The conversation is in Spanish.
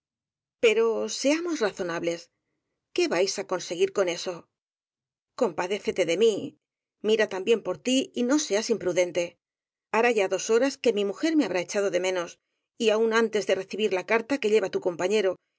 pero seamos razonables qué vais á conseguir con eso compadécete de mí mira también por tí y no seas imprudente hará ya dos horas que mi mujer me habrá echado de menos y aun antes de recibir la carta que lleva tu compañero